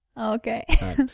Okay